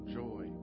joy